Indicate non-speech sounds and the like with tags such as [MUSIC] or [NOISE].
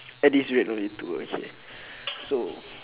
at this rate only two okay [BREATH] so